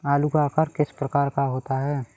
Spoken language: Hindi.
आलू का आकार किस प्रकार का होता है?